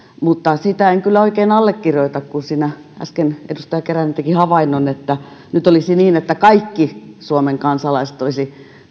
mutta sitä en kyllä oikein allekirjoita kun siinä äsken edustaja keränen teki havainnon että nyt olisi niin että kaikki suomen kansalaiset olisivat